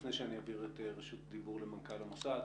לפני שאני אעביר את רשות הדיבור למנכ"ל המוסד,